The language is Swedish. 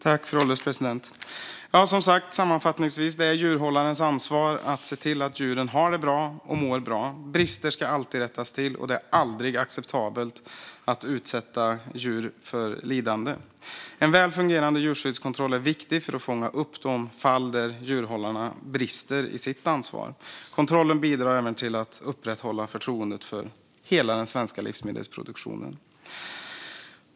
Fru ålderspresident! Sammanfattningsvis är det som sagt djurhållarens ansvar att se till att djuren har det bra och mår bra. Brister ska alltid rättas till, och det är aldrig acceptabelt att utsätta djur för lidande. En väl fungerande djurskyddskontroll är viktig för att fånga upp de fall där djurhållarna brister i sitt ansvar. Kontrollen bidrar även till att upprätthålla förtroendet för hela den svenska livsmedelsproduktionen.